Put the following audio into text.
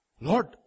Lord